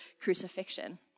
crucifixion